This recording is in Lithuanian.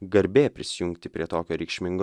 garbė prisijungti prie tokio reikšmingo